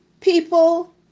People